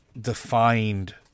defined